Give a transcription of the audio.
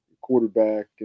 quarterback